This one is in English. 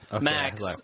Max